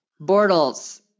Bortles